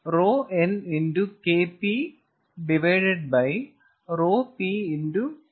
KN